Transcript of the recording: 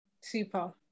super